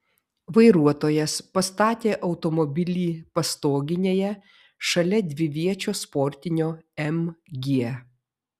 vairuotojas pastatė automobilį pastoginėje šalia dviviečio sportinio mg